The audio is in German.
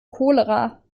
cholera